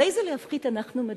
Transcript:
על איזה להפחית אנחנו מדברים?